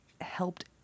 helped